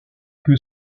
que